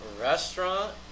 restaurant